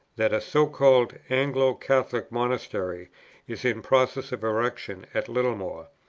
that a so-called anglo-catholic monastery is in process of erection at littlemore,